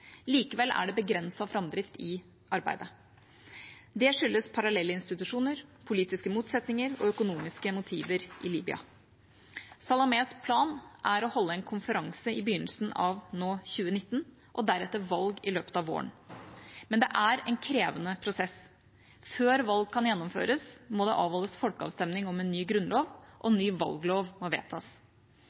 Likevel er det begrenset framdrift i arbeidet. Dette skyldes parallelle institusjoner, politiske motsetninger og økonomiske motiver i Libya. Salamés plan er å holde en nasjonal konferanse i begynnelsen av 2019 og deretter valg i løpet av våren. Men det er en krevende prosess. Før valg kan gjennomføres, må det avholdes folkeavstemning om en ny grunnlov, og ny valglov må vedtas.